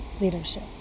leadership